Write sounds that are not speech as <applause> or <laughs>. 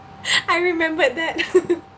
I remembered that <laughs>